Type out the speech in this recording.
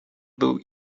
był